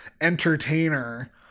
entertainer